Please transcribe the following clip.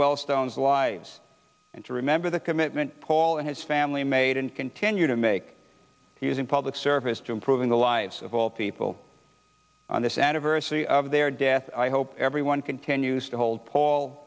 well stones lives and to remember the commitment paul and his family made and continue to make using public service to improving the lives of all people on this anniversary of their death i hope anyone continues to hold paul